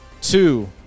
two